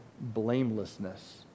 blamelessness